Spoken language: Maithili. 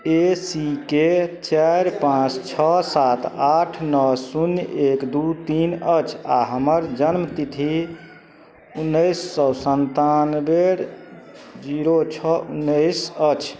ए सी के चारि पाँच छओ सात आठ नओ शून्य एक दुइ तीन अछि आओर हमर जनमतिथि उनैस सओ सनतानवे जीरो छओ उनैस अछि